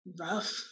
rough